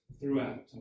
throughout